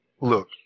look